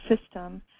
system